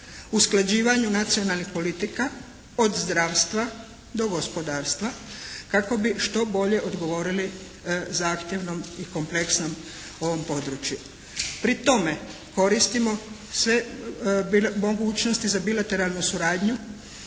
usklađivanju nacionalnih politika od zdravstva do gospodarstva kako bi što bolje odgovorili zahtjevnom i kompleksnom ovom području. Pri tome koristimo sve mogućnosti za bilateralnu suradnju